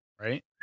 right